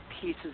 pieces